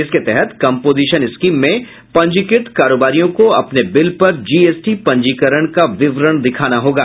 इसके तहत composition scheme में पंजीकृत कारोबारियों को अपने बिल पर जीएसटी पंजीकरण का विवरण दिखाना होगा